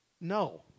No